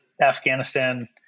Afghanistan